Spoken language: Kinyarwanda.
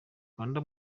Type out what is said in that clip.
rwanda